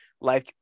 life